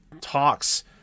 talks